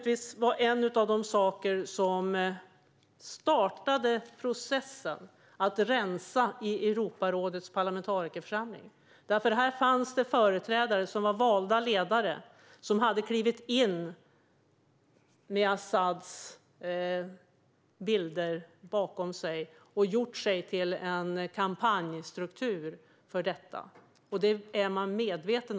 Detta var en av de saker som startade processen med att rensa i Europarådets parlamentarikerförsamling, för där fanns företrädare som var valda ledare och som hade klivit in med Asads bilder bakom sig och gjort sig till en kampanjstruktur för dem.